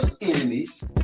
enemies